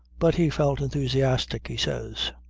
but he felt enthusiastic, he says.